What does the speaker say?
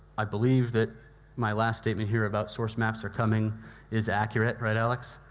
i believe that my last statement here about source maps are coming is accurate, right, alex?